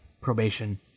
probation